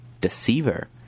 Deceiver